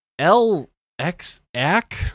LXAC